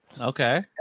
Okay